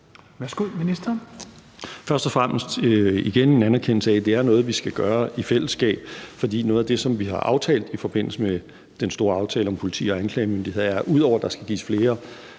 Hækkerup): Først og fremmest er der igen en anerkendelse af, at der er noget, vi skal gøre i fællesskab. For noget af det, som vi har aftalt i forbindelse med den store aftale om politi og anklagemyndighed, ud over at der skal gives flere